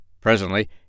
Presently